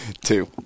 Two